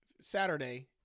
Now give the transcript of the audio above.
Saturday